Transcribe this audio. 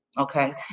okay